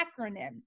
acronym